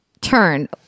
turn